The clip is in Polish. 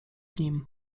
nim